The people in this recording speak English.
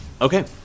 Okay